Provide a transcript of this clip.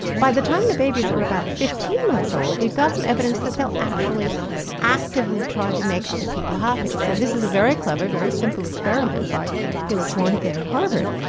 by the time the babies are about fifteen months, we've got some evidence that they'll actually actively try to make other people happy. so this is a very clever, very simple experiment by felix warneke and at harvard,